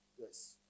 Yes